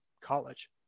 college